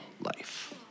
life